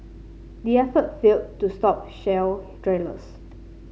the effort failed to stop shale drillers